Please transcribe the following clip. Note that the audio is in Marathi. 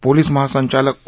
पोलीस महासंचालक ओ